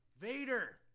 Vader